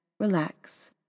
Relax